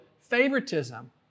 favoritism